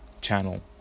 channel